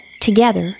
together